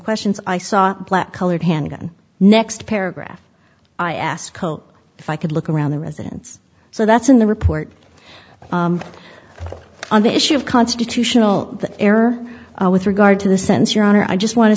questions i saw black colored handgun next paragraph i asked koch if i could look around the residence so that's in the report on the issue of constitutional error with regard to the sense your honor i just want to